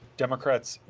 democrats,